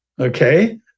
okay